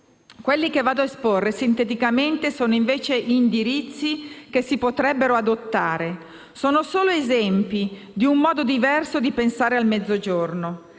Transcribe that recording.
ora ad esporre sinteticamente alcuni indirizzi che si potrebbero adottare; sono solo esempi di un modo diverso di pensare al Mezzogiorno.